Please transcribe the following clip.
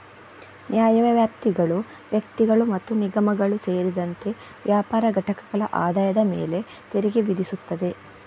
ನ್ಯಾಯವ್ಯಾಪ್ತಿಗಳು ವ್ಯಕ್ತಿಗಳು ಮತ್ತು ನಿಗಮಗಳು ಸೇರಿದಂತೆ ವ್ಯಾಪಾರ ಘಟಕಗಳ ಆದಾಯದ ಮೇಲೆ ತೆರಿಗೆ ವಿಧಿಸುತ್ತವೆ